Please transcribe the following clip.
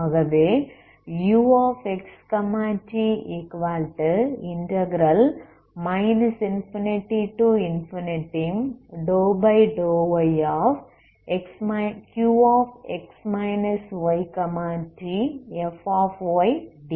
ஆகவே uxt ∞∂Qx yt∂yfdy